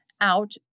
out